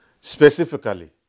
Specifically